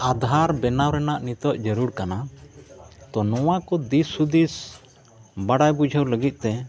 ᱟᱫᱷᱟᱨ ᱵᱮᱱᱟᱣ ᱨᱮᱱᱟᱜ ᱱᱤᱛᱚᱜ ᱡᱟᱹᱨᱩᱲ ᱠᱟᱱᱟ ᱛᱳ ᱱᱚᱣᱟ ᱠᱚ ᱫᱤᱥ ᱦᱩᱫᱤᱥ ᱵᱟᱲᱟᱭ ᱵᱩᱡᱷᱟᱹᱣ ᱞᱟᱹᱜᱤᱫᱛᱮ